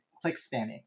click-spamming